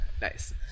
Nice